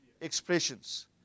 expressions